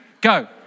go